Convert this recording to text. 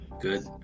Good